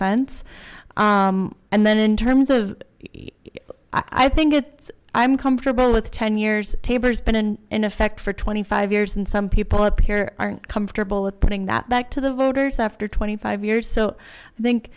sense and then in terms of i think it i'm comfortable with ten years tabor's been in effect for twenty five years and some people up here aren't comfortable with putting that back to the voters after twenty five years so i think